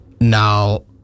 now